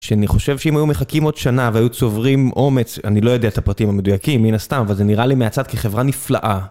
שאני חושב שאם היו מחכים עוד שנה והיו צוברים אומץ, אני לא יודע את הפרטים המדויקים, מן הסתם, אבל זה נראה לי מהצד כחברה נפלאה.